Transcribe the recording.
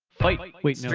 fight! like wait,